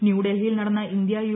ന്യുഡൽഹിയിൽ നടന്ന India U